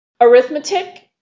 arithmetic